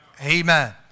Amen